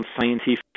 scientific